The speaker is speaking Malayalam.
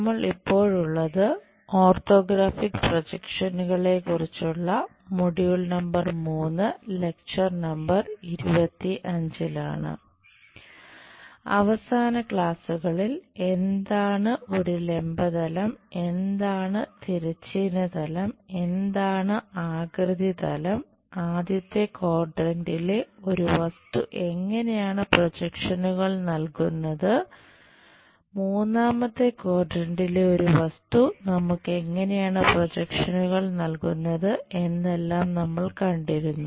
നമ്മൾ ഇപ്പോഴുള്ളത് ഓർത്തോഗ്രാഫിക് പ്രൊജക്ഷനുകളെ കുറിച്ചുള്ള മൊഡ്യൂൾ നമ്പർ 25 ലാണ് അവസാന ക്ലാസുകളിൽ എന്താണ് ഒരു ലംബ നൽകുന്നത് എന്നെല്ലാം നമ്മൾ കണ്ടിരുന്നു